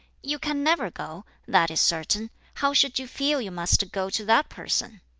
you can never go, that is certain how should you feel you must go to that person?